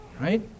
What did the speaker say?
right